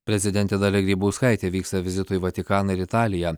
prezidentė dalia grybauskaitė vyksta vizitui į vatikaną ir italiją